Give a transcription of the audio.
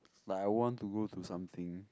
like I want to go to something